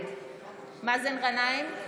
נגד מאזן גנאים,